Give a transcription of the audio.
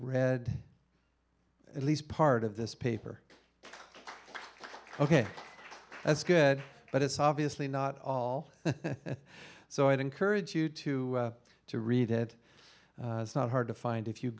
read at least part of this paper ok that's good but it's obviously not all so i encourage you to to read it it's not hard to find if you